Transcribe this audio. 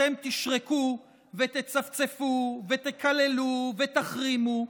אתם תשרקו ותצפצפו ותקללו ותחרימו,